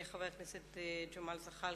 חבר הכנסת ג'מאל זחאלקה,